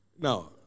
Now